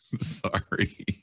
Sorry